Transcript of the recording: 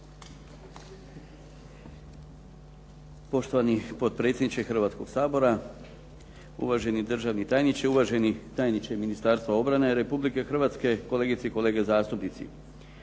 Poštovani potpredsjedniče Hrvatskog sabora, uvaženi državni tajniče, uvaženi tajniče Ministarstva obrane Republike Hrvatske, kolegice i kolege zastupnici.